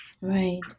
Right